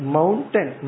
Mountain